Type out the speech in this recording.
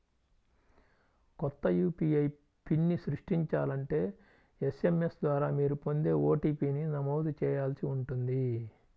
కొత్త యూ.పీ.ఐ పిన్ని సృష్టించాలంటే ఎస్.ఎం.ఎస్ ద్వారా మీరు పొందే ఓ.టీ.పీ ని నమోదు చేయాల్సి ఉంటుంది